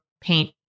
paint